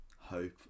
hope